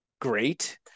great